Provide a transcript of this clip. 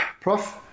prof